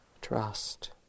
trust